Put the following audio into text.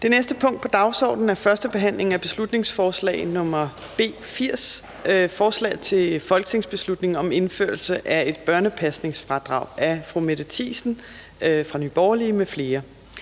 Det næste punkt på dagsordenen er: 3) 1. behandling af beslutningsforslag nr. B 80: Forslag til folketingsbeslutning om indførelse af et børnepasningsfradrag. Af Mette Thiesen (NB) m.fl.